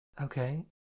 Okay